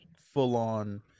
full-on